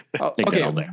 okay